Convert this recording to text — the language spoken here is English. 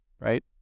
right